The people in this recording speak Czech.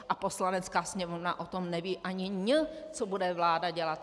A Poslanecká sněmovna o tom neví ani ň, co bude vláda dělat.